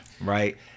right